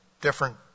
different